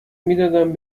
میدادم